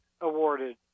awarded